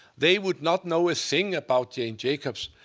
they would not know a thing about jane jacobs.